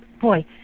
boy